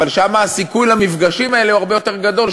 אבל שם הסיכוי למפגשים האלה הוא הרבה יותר גדול.